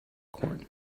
corn